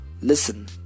listen